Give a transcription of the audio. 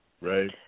Right